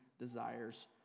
desires